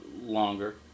longer